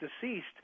deceased